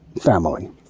family